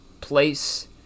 place